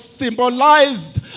symbolized